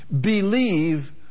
Believe